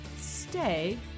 stay